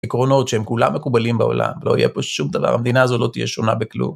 עקרונות שהם כולם מקובלים בעולם, לא יהיה פה שום דבר, המדינה הזו לא תהיה שונה בכלום.